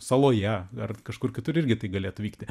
saloje ar kažkur kitur irgi tai galėtų vykti